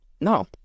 no